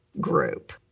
group